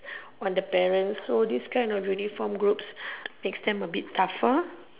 on the parents so this kind of uniform groups makes them a bit tougher